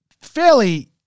fairly